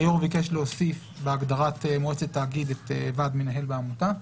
היושב ראש ביקש להוסיף בהגדרת מועצת תאגיד את ועד המנהל בעמותה.